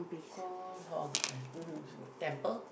call is like a temple